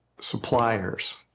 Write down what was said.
suppliers